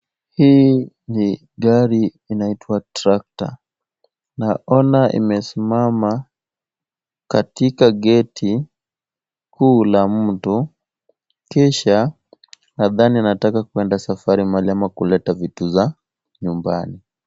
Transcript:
Hii ni gari inaitwa tractor . Naona imesimama katika geti kuu la mtu, kisha nadhani inataka kuenda safari mahali ama kuleta vitu za nyumbani.